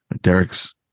derek's